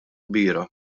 kbira